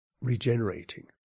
regenerating